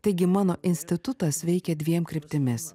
taigi mano institutas veikia dviem kryptimis